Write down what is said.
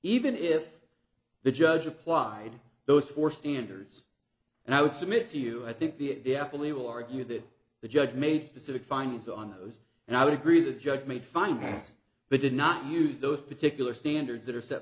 even if the judge applied those four standards and i would submit to you i think the apple he will argue that the judge made specific findings on those and i would agree the judge made finance but did not use those particular standards that are set